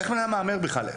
איך אדם מהמר בכלל?